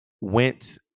went